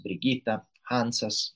brigita hansas